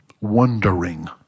Wondering